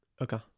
Okay